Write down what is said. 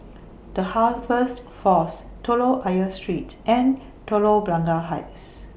The Harvest Force Telok Ayer Street and Telok Blangah Heights